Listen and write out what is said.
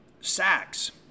Sacks